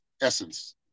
Essence